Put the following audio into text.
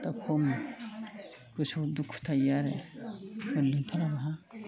दा खम गोसोआव दुखु थायो आरो मोनलोंथाराब्ला